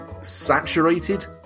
saturated